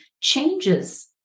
changes